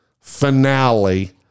finale